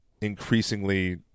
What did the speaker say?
increasingly